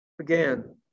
again